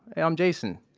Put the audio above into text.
and um jason.